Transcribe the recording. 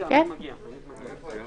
זה לא ועדת חוקה, זאת ועדת חוכא ואיטלולא.